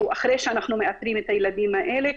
הוא אחרי שאנחנו מאתרים את הילדים האלה,